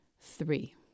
three